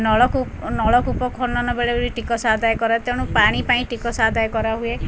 ନଳକୁନଳକୂପ ଖନନ ବେଳେ ବି ଟିକସ ଆଦାୟ କରା ତେଣୁ ପାଣି ପାଇଁ ଟିକସ ଆଦାୟ କରାହୁଏ